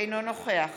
אינו נוכח